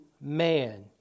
man